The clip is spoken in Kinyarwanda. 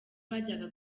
bajyaga